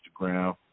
Instagram